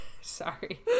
Sorry